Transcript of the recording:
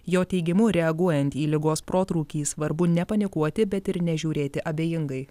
jo teigimu reaguojant į ligos protrūkį svarbu nepanikuoti bet ir nežiūrėti abejingai